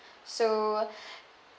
so